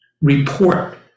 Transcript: report